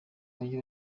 mujyi